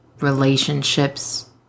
relationships